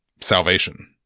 salvation